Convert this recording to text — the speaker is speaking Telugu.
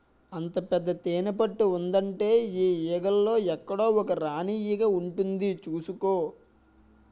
అంత పెద్ద తేనెపట్టు ఉందంటే ఆ ఈగల్లో ఎక్కడో ఒక రాణీ ఈగ ఉంటుంది చూసుకో